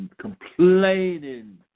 complaining